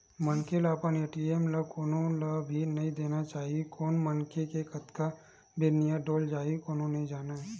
मनखे ल अपन ए.टी.एम ल कोनो ल भी नइ देना चाही कोन मनखे के कतका बेर नियत डोल जाही कोनो नइ जानय